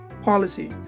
policy